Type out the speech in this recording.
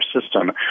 system